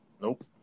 Nope